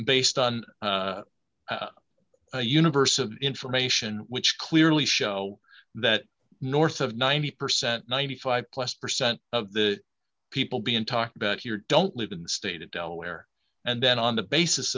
based on a universe of information which clearly show that north of ninety percent ninety five plus percent of the people being talked about here don't live in the state of delaware and then on the basis